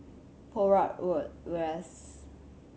Poh Huat Road West